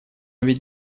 ведь